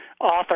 author